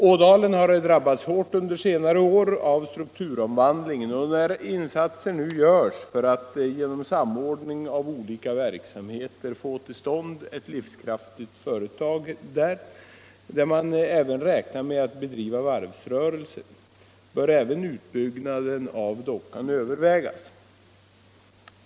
Ådalen har drabbats hårt under senare år av strukturomvandlingen, och när insatser nu görs för atl genom samordning av olika verksamheter få till stånd ett livskraftigt företag, där man även räknar med att bedriva varvsrörelse, bör också en utbyggnad av dockan övervägas.